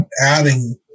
adding